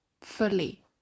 fully